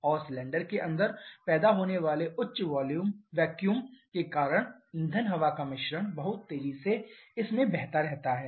और सिलेंडर के अंदर पैदा होने वाले उच्च वैक्यूम के कारण ईंधन हवा का मिश्रण बहुत तेजी से इस में बहता रहता है